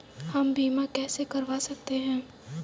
हम बीमा कैसे करवा सकते हैं?